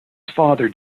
father